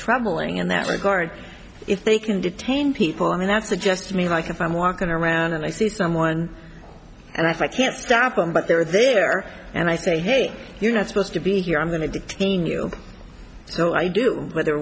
troubling in that regard if they can detain people i mean that suggests to me like if i'm walking around and i see someone and i can't stop them but they're there and i think hey you're not supposed to be here i'm going to detain you so i do whether